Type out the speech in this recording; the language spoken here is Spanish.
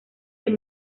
del